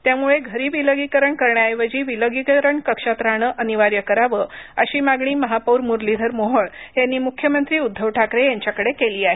त्यामुळे घरी विलगीकरण करण्याऐवजी विलगीकरण कक्षात राहणे अनिवार्य करावे अशी मागणी महापौर मुरलीधर मोहोळ यांनी मुख्यमंत्री उद्धव ठाकरे यांच्याकडे केली आहे